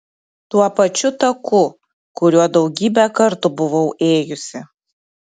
tuo pačiu taku kuriuo daugybę kartų buvau ėjusi